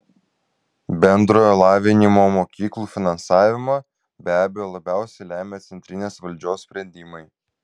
bendrojo lavinimo mokyklų finansavimą be abejo labiausiai lemia centrinės valdžios sprendimai